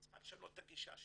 היא צריכה לשנות את הגישה שלה,